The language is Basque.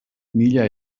mila